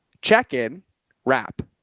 check-in wrap.